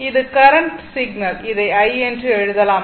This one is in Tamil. இது கரண்ட் சிக்னல் இதை i என்று எழுதலாம்